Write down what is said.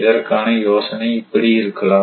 இதற்கான யோசனை இப்படி இருக்கலாம்